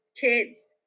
kids